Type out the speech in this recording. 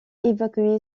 évacué